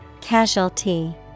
Casualty